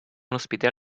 hospital